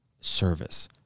service